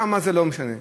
שם זה לא משנה.